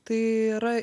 tai yra